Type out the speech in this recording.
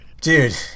dude